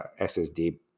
SSD